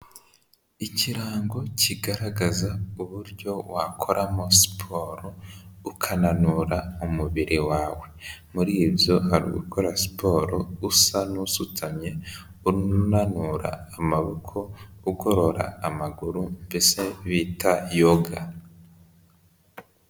Ikirango kigaragaza uburyo wakoramo siporo, ukananura umubiri wawe, muri ibyo hari ugukora siporo usa n'usutamye, unanura amaboko, ugorora amaguru, mbese bita yoga.